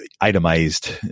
itemized